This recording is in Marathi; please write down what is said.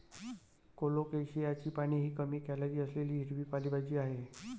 कोलोकेशियाची पाने ही कमी कॅलरी असलेली हिरवी पालेभाजी आहे